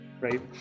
right